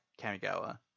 Kamigawa